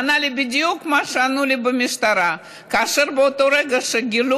ענה לי בדיוק מה שענו לי במשטרה: שבאותו רגע שגילו